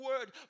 word